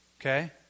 okay